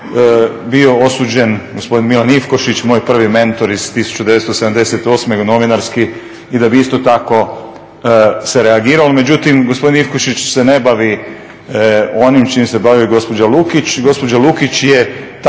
bio osuđen gospodin Milan Ivkošić, moj prvi mentor iz 1978. novinarski i da bi isto tako se reagiralo. Međutim, gospodin Ivkošić se ne bavi onim čim se bavi gospođa Lukić. Gospođa Lukić je